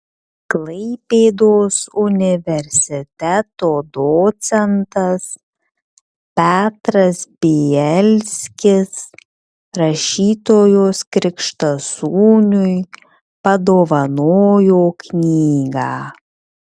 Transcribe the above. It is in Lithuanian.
klaipėdos universiteto docentas petras bielskis rašytojos krikštasūniui padovanojo knygą